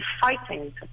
fighting